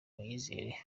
muyizere